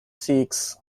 seeks